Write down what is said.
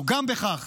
או גם בכך